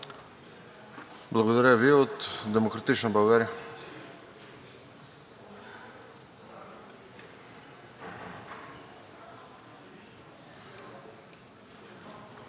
Благодаря Ви. „Демократична България“.